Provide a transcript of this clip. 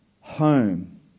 home